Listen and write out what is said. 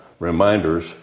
reminders